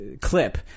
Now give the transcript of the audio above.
Clip